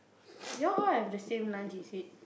you all all have the same lunch is it